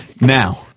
Now